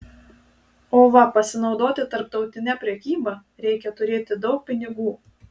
o va pasinaudoti tarptautine prekyba reikia turėti daug pinigų